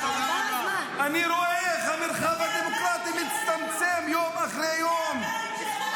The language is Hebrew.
אני רואה איך המרחב הדמוקרטי מצטמצם יום אחרי יום -- זה הבית